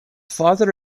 father